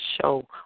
show